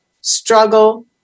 struggle